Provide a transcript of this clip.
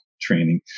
training